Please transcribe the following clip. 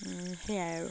সেইয়াই আৰু